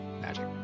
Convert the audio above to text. magic